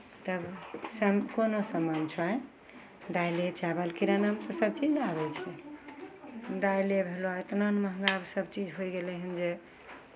तऽ सम कोनो सामान छै दालिए चावल किरानामे तऽ सभचीज नहि आबै छै दालिए भेलहु इतना ने महंगा आब सभचीज होय गेलै हन जे